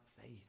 faith